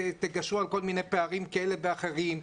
תגשרו על כל מיני פערים כאלה ואחרים,